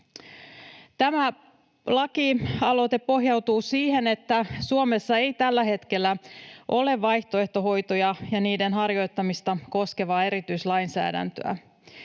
Tämä lakialoite pohjautuu siihen, että Suomessa ei tällä hetkellä ole vaihtoehtohoitoja ja niiden harjoittamista koskevaa erityislainsäädäntöä.